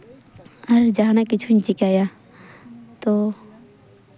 ᱟᱨ ᱡᱟᱦᱟᱱᱟᱜ ᱠᱤᱪᱷᱩᱧ ᱪᱤᱠᱟᱭᱟ ᱛᱳ